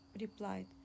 replied